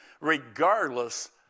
regardless